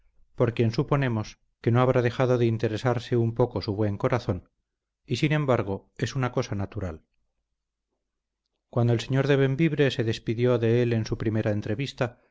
por quien suponemos que no habrá dejado de interesarse un poco su buen corazón y sin embargo es una cosa natural cuando el señor de bembibre se despidió de él en su primera entrevista